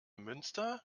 münster